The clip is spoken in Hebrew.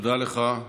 תודה לך.